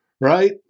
right